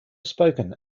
spoken